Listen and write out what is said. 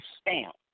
stamp